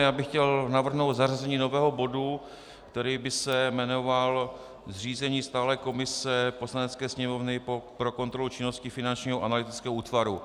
Já bych chtěl navrhnout zařazení nového bodu, který by se jmenoval zřízení stálé komise Poslanecké sněmovny pro kontrolu činnosti Finančního analytického útvaru.